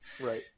Right